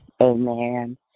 amen